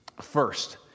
First